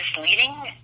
misleading